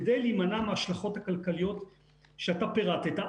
כדי להימנע מההשלכות הכלכליות שאתה פירטת.